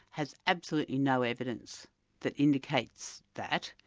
has absolutely no evidence that indicates that,